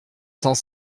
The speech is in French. cent